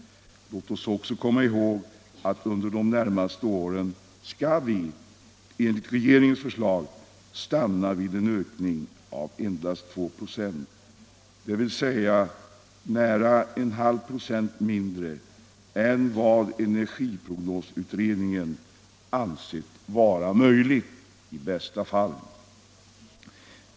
Låt oss också komma ihåg att under de närmaste åren skall vi enligt regeringens förslag stanna vid en ökning av endast 2 96, dvs. nära 0,5 96 mindre än vad energiprognosutredningen ansett vara möjligt i bästa fall.